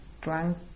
drunk